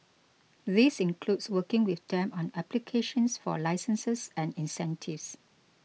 this includes working with them on applications for licenses and incentives